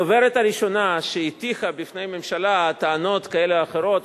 הדוברת הראשונה שהטיחה בפני הממשלה טענות כאלו ואחרות,